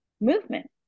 movement